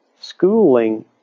schooling